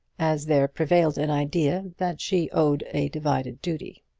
as there prevailed an idea that she owed a divided duty.